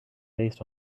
based